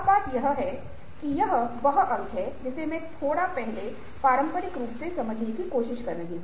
अब बात यह है कि यह वह अंक है जिसे मैं थोड़ा पहले पारंपरिक रूप से समझने की कोशिश कर रहा हूं